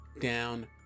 Down